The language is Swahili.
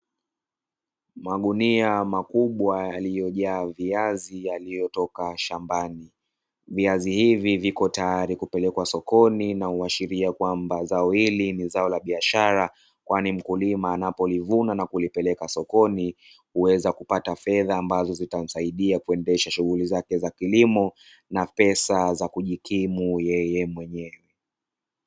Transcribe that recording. Magunia makubwa yaliyojaa viazi yaliyotoka shambani, viazi hivi vipo tayari kupelekwa sokoni na huashiria kwamba zao hili ni zao la biashara, kwani mkulima anapolivuna na kulipeleka sokoni huweza kupata fedha ambazo zitamsaidia kuendesha shughuli zake za kilimo na pesa za kujikimu yeye mwenyewe.